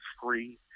free